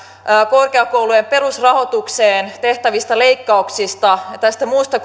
korkeakoulujen perusrahoitukseen tehtävistä leikkauksista ja tästä muusta